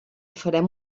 farem